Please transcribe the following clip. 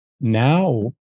now